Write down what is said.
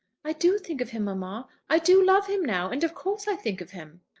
i do think of him, mamma. i do love him now, and of course i think of him.